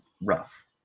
rough